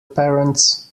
parents